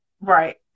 Right